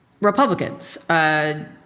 Republicans